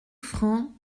francs